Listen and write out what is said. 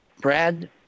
Brad